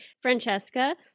Francesca